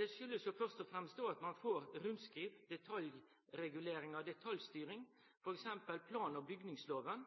Det kjem først og fremst av at ein får rundskriv med detaljregulering og detaljstyring. For eksempel har plan- og bygningsloven